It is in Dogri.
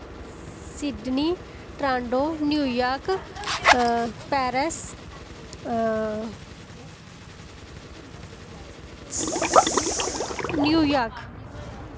Sydney Toronto New York Paris New York